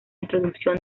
introducción